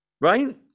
right